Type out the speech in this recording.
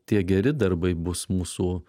tie geri darbai bus mūsų